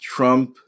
Trump